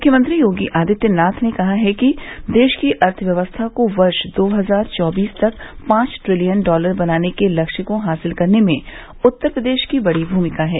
मुख्यमंत्री योगी आदित्यनाथ ने कहा है कि देश की अर्थव्यवस्था को वर्ष दो हजार चौबीस तक पांच ट्रिलियन डॉलर बनाने के लक्ष्य को हासिल करने में उत्तर प्रदेश की बड़ी भूमिका है